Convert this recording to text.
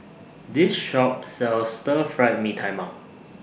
This Shop sells Stir Fried Mee Tai Mak